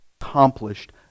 accomplished